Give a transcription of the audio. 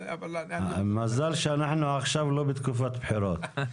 מזל שאנחנו עכשיו לא בתקופת בחירות.